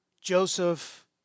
Joseph